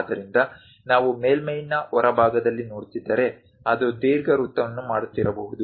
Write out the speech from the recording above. ಆದ್ದರಿಂದ ನಾವು ಮೇಲ್ಮೈಯ ಹೊರಭಾಗದಲ್ಲಿ ನೋಡುತ್ತಿದ್ದರೆ ಅದು ದೀರ್ಘವೃತ್ತವನ್ನು ಮಾಡುತ್ತಿರಬಹುದು